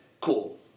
cool